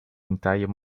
entire